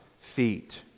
feet